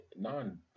non-